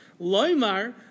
Loimar